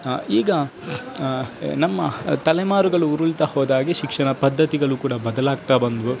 ಈಗ ನಮ್ಮ ತಲೆಮಾರುಗಳು ಉರುಳ್ತಾ ಹೋದ್ಹಾಗೆ ಶಿಕ್ಷಣ ಪದ್ಧತಿಗಳು ಕೂಡ ಬದಲಾಗ್ತಾ ಬಂದವು